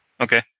Okay